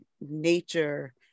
nature